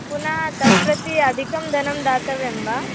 पुनः तत् प्रति अधिकं धनं दातव्यं वा